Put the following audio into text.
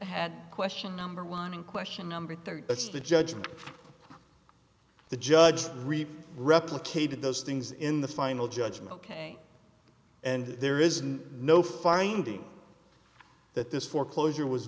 had question number one in question number three it's the judge and the judge replicated those things in the final judgment ok and there isn't no finding that this foreclosure was